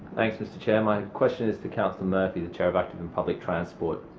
thanks, mr chair. my question is to councillor murphy, the chair of active and public transport.